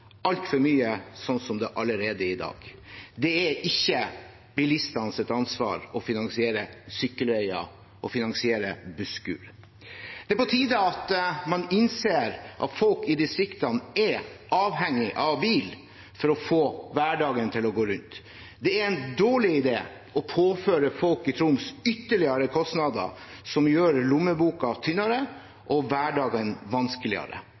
altfor mye allerede slik det er i dag. Det er ikke bilistenes ansvar å finansiere sykkelveier og busskur. Det er på tide at man innser at folk i distriktene er avhengige av bil for å få hverdagen til å gå rundt. Det er en dårlig idé å påføre folk i Troms ytterligere kostnader som gjør lommeboka tynnere og hverdagen vanskeligere.